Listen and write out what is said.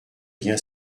bien